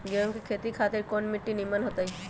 गेंहू की खेती खातिर कौन मिट्टी निमन हो ताई?